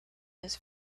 his